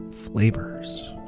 flavors